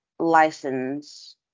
license